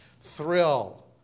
thrill